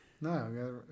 No